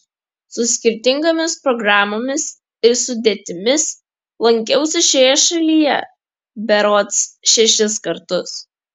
su skirtingomis programomis ir sudėtimis lankiausi šioje šalyje berods šešis kartus